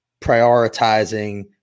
prioritizing